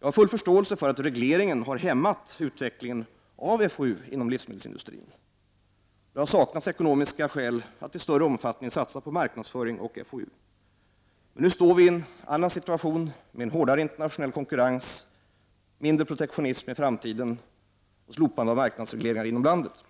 Jag har full förståelse för att regleringen har hämmat utvecklingen av FoU inom livsmedelsindustrin. Det har saknats ekonomiska skäl att i större omfattning satsa på marknadsföring och FoU. Men nu står vi i en annan situation. I framtiden blir det en hårdare internationell konkurrens, mindre protektionism och slopande av marknadsregleringar inom landet.